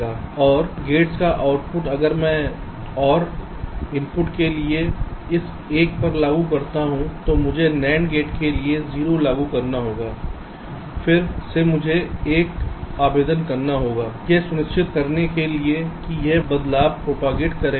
इस और गेट का आउटपुट अगर मैं OR इनपुट के लिए इस 1 पर लागू करता हूं तो मुझे NAND गेट के लिए 0 लागू करना होगा फिर से मुझे 1 आवेदन करना होगा यह सुनिश्चित करेगा कि यह बदलाव प्रोपागेट करेगा